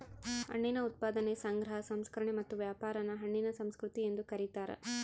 ಹಣ್ಣಿನ ಉತ್ಪಾದನೆ ಸಂಗ್ರಹ ಸಂಸ್ಕರಣೆ ಮತ್ತು ವ್ಯಾಪಾರಾನ ಹಣ್ಣಿನ ಸಂಸ್ಕೃತಿ ಎಂದು ಕರೀತಾರ